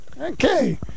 Okay